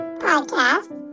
podcast